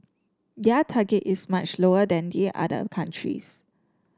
their target is much lower than the other countries